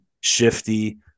shifty